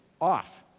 off